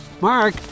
Mark